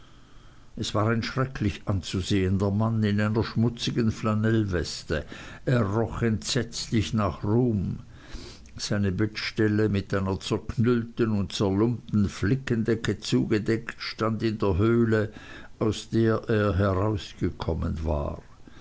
es war ein schrecklich anzusehender alter mann in einer schmutzigen flanellweste er roch entsetzlich nach rum seine bettstelle mit einer zerknüllten und zerlumpten flickendecke zugedeckt stand in der höhle aus der er herausgekommen war